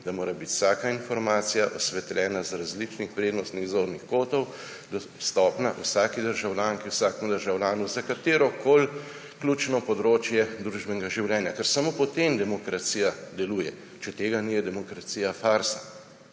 Da mora biti vsaka informacija osvetljena z različnih vrednostnih zornih kotov, dostopna vsaki državljanki, vsakemu državljanu za katerokoli ključno področje družbenega življenja, ker samo potem demokracija deluje. Če tega ni, je demokracija farsa.